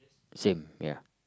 same ya